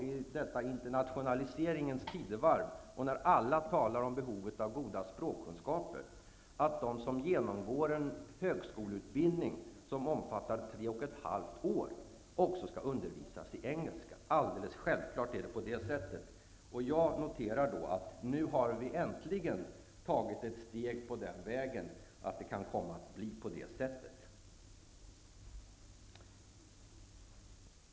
I detta internationaliseringens tidevarv, när alla talar om behovet av goda språkkunskaper, är det alldeles självklart att de som genomgår en högskoleutbildning som omfattar tre och ett halvt år också skall undervisas i engelska. Jag noterar att vi nu äntligen har tagit ett steg på den vägen. Det kan komma att bli på det sättet.